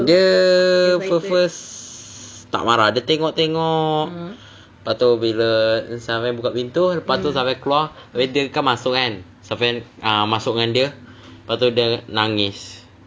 dia first first tak marah dia tengok-tengok lepas tu bila safian buka pintu lepas tu safian keluar habis dia kan masuk kan safian uh masuk dengan dia lepas tu dia nangis